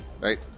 right